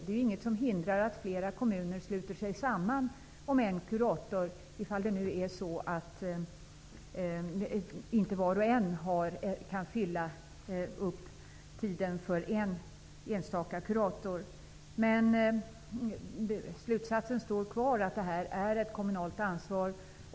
Det finns inget som hindrar att flera kommuner sluter sig samman om en kurator om nu inte var och en kan fylla upp tiden för en enstaka kurator. Slutsatsen står kvar. Detta är ett kommunalt ansvar.